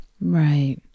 Right